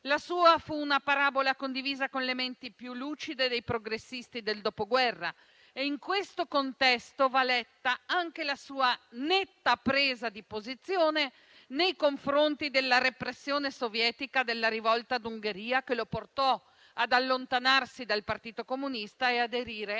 La sua fu una parabola condivisa con le menti più lucide dei progressisti del dopoguerra. In questo contesto va letta anche la sua netta presa di posizione nei confronti della repressione sovietica della rivolta d'Ungheria, che lo portò ad allontanarsi dal Partito Comunista e aderire